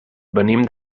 venim